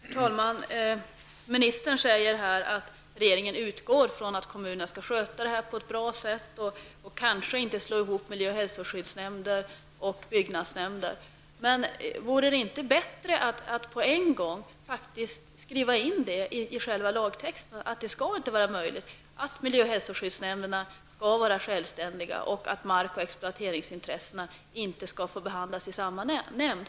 Herr talman! Ministern säger att regeringen utgår från att kommunerna skall sköta detta på ett bra sätt och att de kanske inte skall slå ihop miljö och hälsoskyddsnämnder med byggnadsnämnder. Men vore det inte bättre att på en gång skriva in i själva lagtexten att detta inte skall vara möjligt, att miljöoch hälsoskyddsnämnderna skall vara självständiga och att mark och exploateringsintressena inte skall få behandlas i samma nämnd?